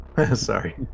Sorry